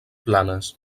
planes